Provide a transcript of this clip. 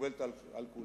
שמקובלת על כולנו.